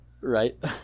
right